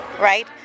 right